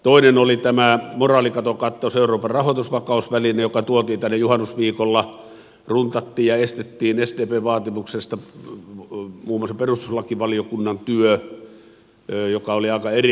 toinen oli tämä moraalikatokattaus euroopan rahoitusvakausväline joka tuotiin tänne juhannusviikolla runtattiin ja estettiin sdpn vaatimuksesta huolimatta muun muassa perustuslakivaliokunnan työ mikä oli aika erikoista